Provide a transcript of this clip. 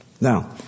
Now